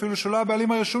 אפילו שהוא לא הבעלים הרשומים,